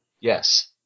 Yes